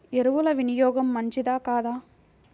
ఎరువుల వినియోగం మంచిదా కాదా?